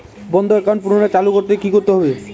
বন্ধ একাউন্ট পুনরায় চালু করতে কি করতে হবে?